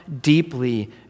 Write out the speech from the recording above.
deeply